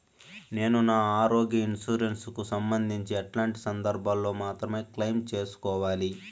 నేను నా ఆరోగ్య ఇన్సూరెన్సు కు సంబంధించి ఎట్లాంటి సందర్భాల్లో మాత్రమే క్లెయిమ్ సేసుకోవాలి?